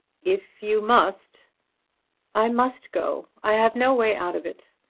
if you must i must go. i have no way out of it.